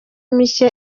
mike